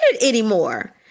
anymore